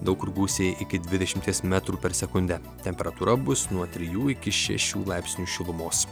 daug kur gūsiai iki dvidešimties metrų per sekundę temperatūra bus nuo trijų iki šešių laipsnių šilumos